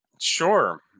sure